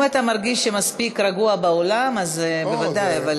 אם אתה מרגיש שמספיק רגוע באולם, אז בוודאי.